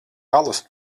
alus